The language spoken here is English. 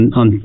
on